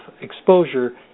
exposure